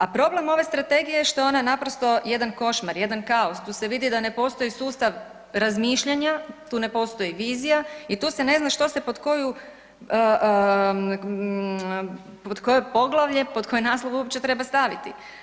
A problem ove strategije je što je ona naprosto jedan košmar, jedan kaos, tu se vidi da ne postoji sustav razmišljanja, tu ne postoji vizija i tu se ne zna što se pod koje poglavlje, pod koji naslov uopće treba staviti.